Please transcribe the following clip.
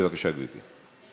בבקשה, גברתי.